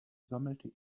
sammelte